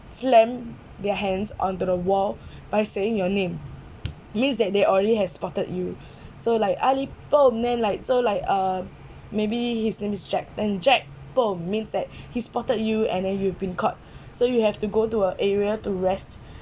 slam their hands onto the wall by saying your name means that they already had spotted you so like ali bomb then like so like uh maybe he's name is jack then jack bomb means that he spotted you and then you have been caught so you have to go to a area to rest